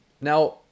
Now